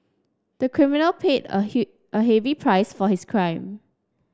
the criminal paid a a heavy price for his crime